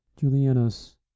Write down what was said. Julianus